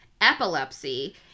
epilepsy